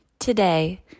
Today